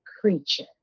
creature